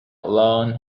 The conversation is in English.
alone